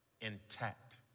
intact